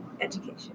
Education